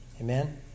Amen